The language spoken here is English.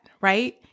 right